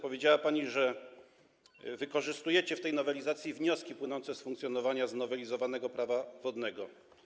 Powiedziała pani, że wykorzystujecie w tej nowelizacji wnioski płynące z funkcjonowania znowelizowanego Prawa wodnego.